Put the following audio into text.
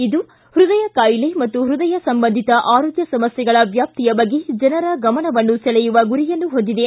ಇದು ಪೈದಯ ಕಾಯಿಲೆ ಮತ್ತು ಪ್ಯದಯ ಸಂಬಂಧಿತ ಆರೋಗ್ಯ ಸಮಸ್ಥೆಗಳ ವ್ಯಾಪ್ತಿಯ ಬಗ್ಗೆ ಜನರ ಗಮನವನ್ನು ಸೆಳೆಯುವ ಗುರಿಯನ್ನು ಹೊಂದಿದೆ